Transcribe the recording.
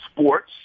sports